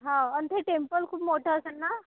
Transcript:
हो आणि ते टेम्पल खूप मोठं असेल ना